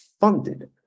funded